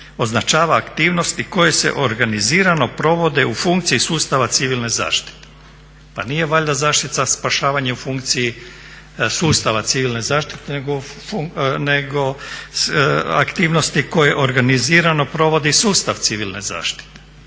označava aktivnosti koje se organizirano provode u funkciji sustava civilne zaštite". Pa nije valjda zaštita spašavanja u funkciji sustava civilne zaštite nego aktivnosti koje organizirano provodi sustav civilne zaštite.